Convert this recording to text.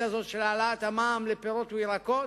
הזאת של העלאת המע"מ על פירות וירקות,